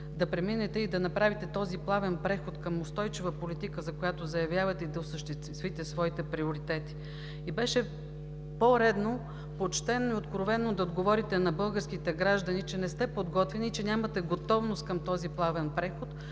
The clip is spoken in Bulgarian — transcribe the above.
готовност да направите този плавен преход към устойчива политика, която заявявате, и да осъществите своите приоритети. Беше по-редно, почтено и откровено да отговорите на българските граждани, че не сте подготвени и че нямате готовност за този плавен преход,